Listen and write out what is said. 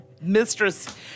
mistress